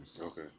Okay